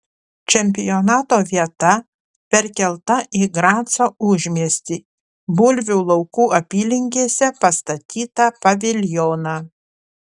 čempionato vieta perkelta į graco užmiestį bulvių laukų apylinkėse pastatytą paviljoną